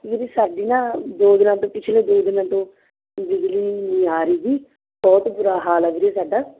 ਵੀਰ ਜੀ ਸਾਡੀ ਨਾ ਦੋ ਦਿਨਾਂ ਤੋਂ ਪਿਛਲੇ ਦੋ ਦਿਨਾਂ ਤੋਂ ਬਿਜਲੀ ਨਹੀਂ ਆ ਰਹੀ ਜੀ ਬਹੁਤ ਬੁਰਾ ਹਾਲ ਹੈ ਵੀਰੇ ਸਾਡਾ